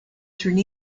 through